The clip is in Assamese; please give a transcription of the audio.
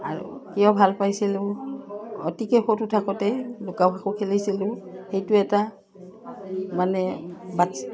আৰু কিয় ভাল পাইছিলোঁ অতিকে সৰু থাকোঁতে লুকাভাকু খেলিছিলোঁ সেইটো এটা মানে বাচ্ছা